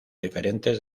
diferentes